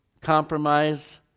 compromise